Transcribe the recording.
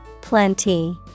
Plenty